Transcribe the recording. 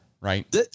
right